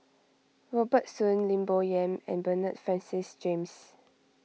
Robert Soon Lim Bo Yam and Bernard Francis James